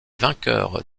vainqueurs